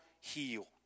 heal